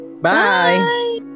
Bye